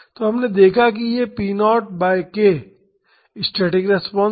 तो हमने देखा है कि यह p 0 by k static response है